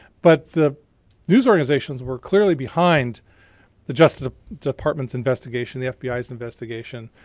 but the news organizations were clearly behind the justice department's investigation, the fbi's investigation.